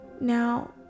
Now